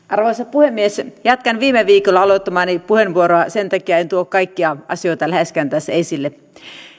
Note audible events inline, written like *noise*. *unintelligible* arvoisa puhemies jatkan viime viikolla aloittamaani puheenvuoroa sen takia en tuo kaikkia asioita läheskään tässä esille